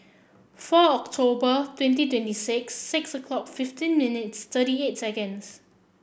four October twenty twenty six six o'clock fifteen minutes thirty eight seconds